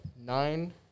nine